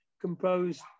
composed